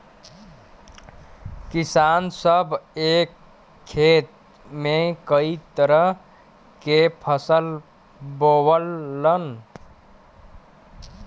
किसान सभ एक खेत में कई तरह के फसल बोवलन